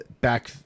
back